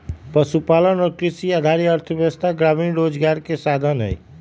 पशुपालन और कृषि आधारित अर्थव्यवस्था ग्रामीण रोजगार के साधन हई